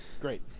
great